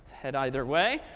head either way,